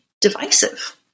divisive